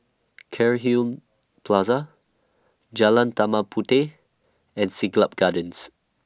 Cairnhill Plaza Jalan Dark Mark Puteh and Siglap Gardens